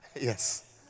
Yes